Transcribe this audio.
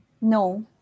No